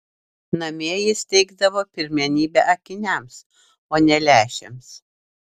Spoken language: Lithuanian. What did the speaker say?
namie jis teikdavo pirmenybę akiniams o ne lęšiams